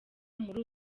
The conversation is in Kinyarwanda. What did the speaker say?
muri